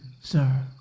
sir